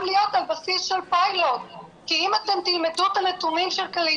להיות על בסיס של פיילוט כי אם אתם תלמדו את הנתונים של כללית,